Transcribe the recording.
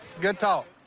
good talk.